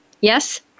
Yes